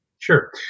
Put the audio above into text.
Sure